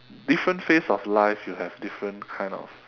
different phase of life you have different kind of